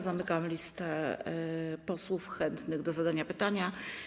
Zamykam listę posłów chętnych do zadania pytania.